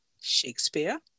shakespeare